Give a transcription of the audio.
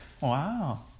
Wow